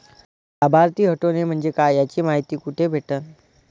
लाभार्थी हटोने म्हंजे काय याची मायती कुठी भेटन?